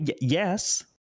yes